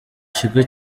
kigo